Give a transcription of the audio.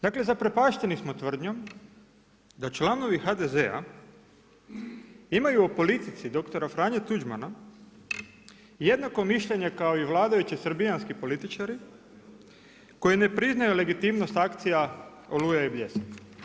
Dakle, zaprepašteni smo tvrdnjom da članovi HDZ-a imaju u politici dr. Franju Tuđmana jednako mišljenje kao i vladajući srbijanski političari koji ne priznaju legitimnost akcija Oluja i Bljesak.